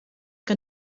que